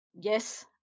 Yes